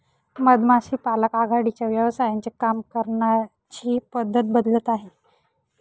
मधमाशी पालक आघाडीच्या व्यवसायांचे काम करण्याची पद्धत बदलत आहे